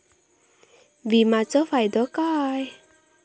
विमाचो फायदो काय?